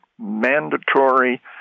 mandatory